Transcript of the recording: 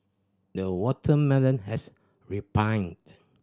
the watermelon has ripened